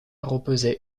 reposait